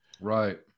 Right